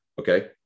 okay